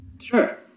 Sure